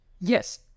yes